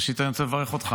ראשית אני רוצה לברך אותך,